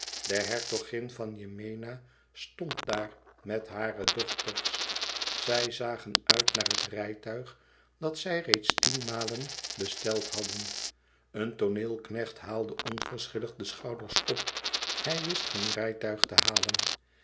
de hertogin van yemena stond daar met hare dochters zij zagen uit naar het rijtuig dat zij reeds tienmalen besteld hadden een tooneelknecht haalde onverschillig de schouders op hij wist geen rijtuig te halen